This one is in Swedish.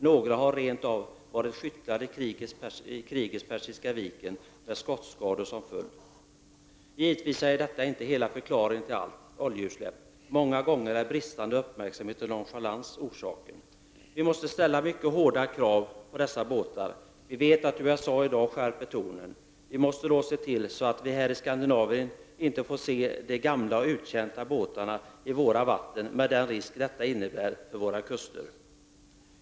Några har rent av varit skyttlar i krigets Persiska viken och har skottskador. Givetvis är detta inte hela förklaringen till alla oljeutsläpp. Många gånger är bristande uppmärksamhet och nonchalans orsaken. Vi måste ställa mycket hårda krav på dessa båtar. Vi vet att USA i dag skärper tonen. Vi måste se till att vi här i Skandinavien inte får se de gamla och uttjänta båtarna i våra vatten med den risk detta innebär för våra kuster.